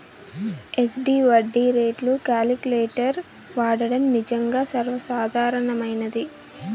SD వడ్డీ రేట్లు calculator వాడడం నిజంగా సర్వసాధారణమైనది